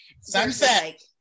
Sunset